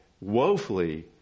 woefully